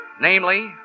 Namely